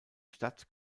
stadt